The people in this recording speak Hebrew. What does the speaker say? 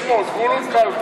תזכיר את שמו, זבולון כלפה.